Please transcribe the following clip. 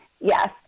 yes